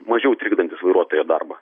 mažiau trikdantys vairuotojo darbą